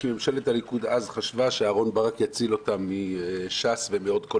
כי ממשלת הליכוד אז חשבה שאהרון ברק יציל אותה מש"ס ומעוד כל